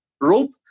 rope